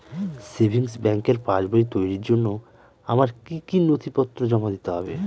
Savings ব্যাংকের পাসবই তৈরির জন্য আমার কি কি নথিপত্র জমা দিতে হবে?